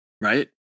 Right